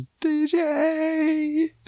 DJ